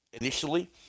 initially